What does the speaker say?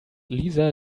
lisa